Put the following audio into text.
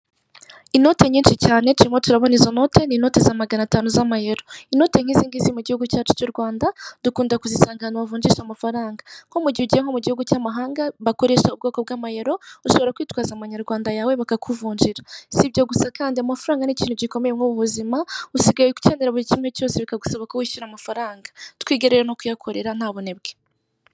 Inoti nyinshi cyane turimo turabona izo note ,n'inote za magana atanu z'amayero. Inote nk'izi mu gihugu cyacu cy'u Rwanda, dukunda kuzisanga ahantu bavunjisha amafaranga. Nko mu gihe ugiye mu gihugu cy'amahanga bakoresha ubwoko bw'amayero, ushobora kw'itwaza mu manyarwanda yawe bakakuvunjira .Sibyo gusa kandi amafaranga ni ikintu gikomeye mu buzima ,usigaye ukenera buri kimwe cyose bikagusaba kwishyura amafaranga. Twige rero no kuyakorera nta bunebwe.